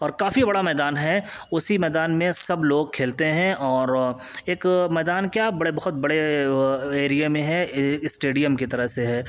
اور کافی بڑا میدان ہے اسی میدان میں سب لوگ کھیلتے ہیں اور ایک میدان کیا بڑے بہت بڑے ایریے میں ہے اسٹیڈیم کی طرح سے ہے